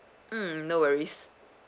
um no worries